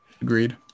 Agreed